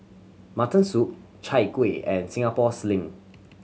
mutton soup Chai Kueh and Singapore Sling